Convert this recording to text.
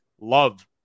Love